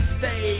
stay